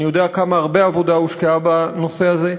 אני יודע כמה הרבה עבודה הושקעה בנושא הזה.